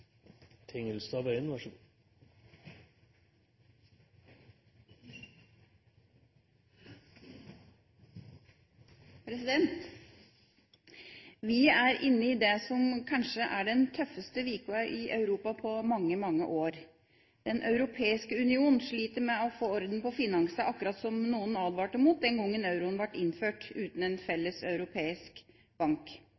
tøffeste uka i Europa på mange, mange år. Den europeiske union sliter med å få orden på finansene, akkurat som noen advarte mot den gangen euroen ble innført uten en